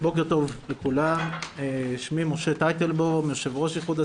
אני יו"ר איחודה הצלה.